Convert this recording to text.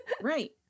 Right